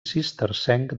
cistercenc